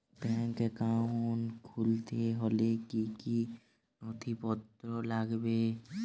Bank account খুলতে হলে কি কি নথিপত্র লাগবে?